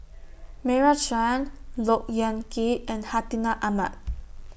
Meira Chand Look Yan Kit and Hartinah Ahmad